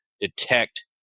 detect